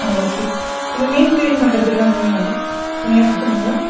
ஆ okay இந்த மீன் clean பண்ணுறதுக்குலாம் தனி ஆளாக தனியாக கொடுத்தர்ணுங்களா